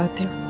ah do?